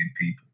people